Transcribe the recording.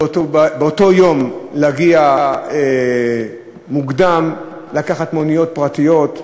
באותו יום להגיע מוקדם, לקחת מוניות פרטיות,